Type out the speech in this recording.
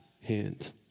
hand